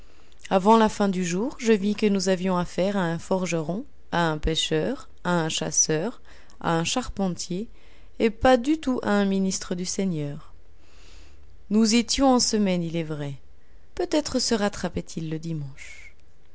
avant la fin du jour je vis que nous avions affaire à un forgeron à un pêcheur à un chasseur à un charpentier et pas du tout à un ministre du seigneur nous étions en semaine il est vrai peut-être se rattrapait il le dimanche